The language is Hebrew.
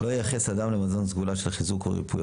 "לא ייחס אדם למזון סגולה של חיזוק או ריפוי